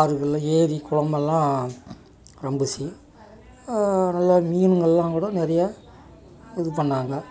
ஆறுகளில் ஏரி குளமெல்லாம் ரொம்பிச்சு நல்லா மீன்கள்லாம் கூட நிறைய இது பண்ணாங்க